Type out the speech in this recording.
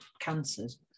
cancers